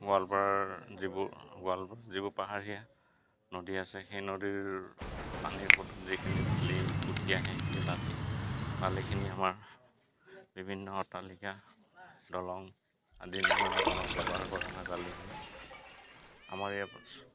গোৱালপাৰাৰ যিবোৰ গোৱালপাৰাৰ যিবোৰ পাহাৰীয়া নদী আছে সেই নদীৰ পানীৰ সোঁতত যিখিনি বালি উটি আহে সেই বালি বালিখিনি আমাৰ বিভিন্ন অট্টালিকা দলং আদি নিৰ্মাণৰ কামত ব্যৱহাৰ কৰা হয় বালিখিনি আমাৰ